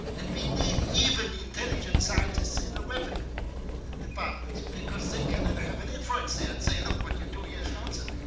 and we need even intelligent scientists in the weapons departments. because they can then have an influence there, and say, look, what you do here is nonsense.